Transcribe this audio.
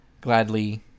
gladly